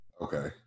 Okay